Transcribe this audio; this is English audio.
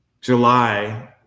july